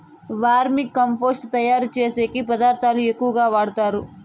వర్మి compost తయారుచేసేకి ఏ పదార్థాలు ఎక్కువగా వాడుతారు